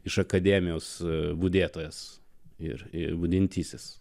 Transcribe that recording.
iš akademijos budėtojas ir budintysis